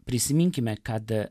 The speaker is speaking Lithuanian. prisiminkime kad